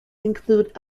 include